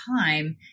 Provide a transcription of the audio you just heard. time